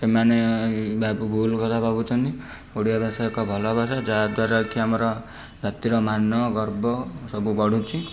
ସେମାନେ ଭୁଲ କଥା ଭାବୁଛନ୍ତି ଓଡ଼ିଆ ଭାଷା ଏକ ଭଲ ଭାଷା ଯାହାଦ୍ୱାରା କି ଆମର ଜାତିର ମାନ ଗର୍ବ ସବୁ ବଢ଼ୁଛି